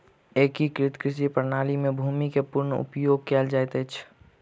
एकीकृत कृषि प्रणाली में भूमि के पूर्ण उपयोग कयल जाइत अछि